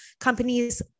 companies